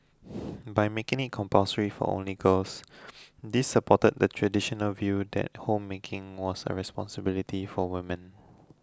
by making it compulsory for only girls this supported the traditional view that homemaking was a responsibility for women